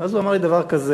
אז הוא אמר לי דבר כזה: